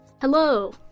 Hello